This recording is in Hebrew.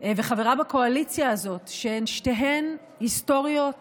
וחברה בקואליציה הזאת, שהן שתיהן היסטוריות